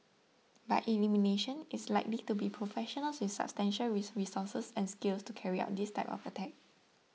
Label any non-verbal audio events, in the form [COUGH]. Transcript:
by elimination it's likely to be professionals with substantial [UNINTELLIGIBLE] resources and skills to carry out this type of attack